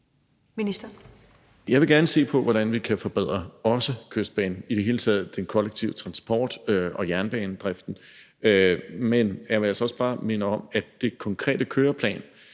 Jeg vil gerne se på, hvordan vi kan forbedre Kystbanen og i det hele taget den kollektive transport og jernbanedriften. Men jeg må jo altså også bare minde om, at den konkrete køreplan,